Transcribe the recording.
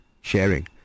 sharing